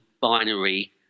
binary